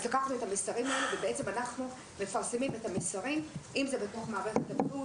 את המסרים האלה אנחנו מפרסמים בתוך מערכת הבריאות